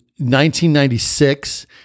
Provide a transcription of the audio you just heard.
1996